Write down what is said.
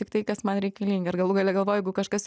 tik tai kas man reikalinga ir galų gale galvoju jeigu kažkas